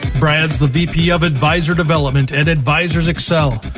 brad's the vp of advisor development and advisors excel,